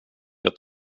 jag